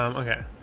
um okay.